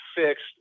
fixed